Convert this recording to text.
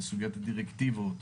סוגיית הדירקטיבות,